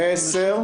ב-10:00.